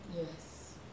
Yes